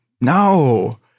no